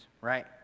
right